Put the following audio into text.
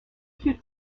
plus